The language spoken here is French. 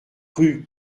rue